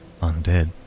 undead